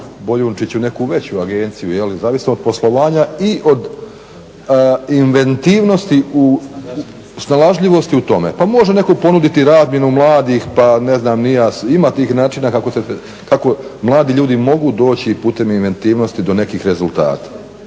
Boljunčić u neku veću agenciju zavisno od poslovanja i od inventivnosti u snalažljivosti u tome. Pa može netko ponuditi i razmjenu mladih pa ne znam ni ja, ima tih način kako mladi ljudi mogu doći putem inventivnosti do nekih rezultata.